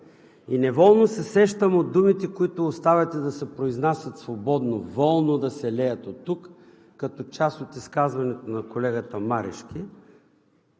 е парламентът и от думите, които оставяте да се произнасят свободно, волно да се леят оттук – като част от изказването на колегата Марешки,